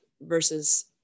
versus